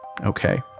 okay